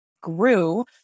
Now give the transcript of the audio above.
grew